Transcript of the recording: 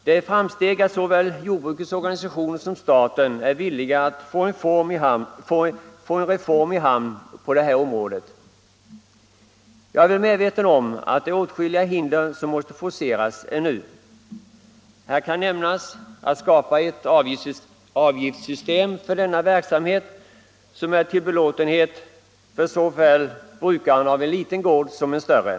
Det är ett framsteg att såväl jordbrukets organisationer som staten är villiga att få en reform i hamn på det här området. Jag är väl medveten om att det är åtskilliga hinder som måste forceras ännu. Här kan nämnas svårigheten att för denna verksamhet skapa ett avgiftssystem som är till belåtenhet för brukaren både av en liten gård och av en större.